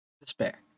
Despair